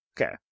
Okay